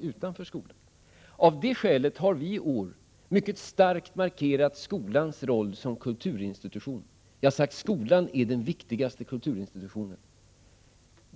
utanför skolan. Av det skälet har vi i år mycket starkt markerat skolan roll som kulturinstitution. Vi har hävdat: Skolan är den viktigaste kulturinstitutionen.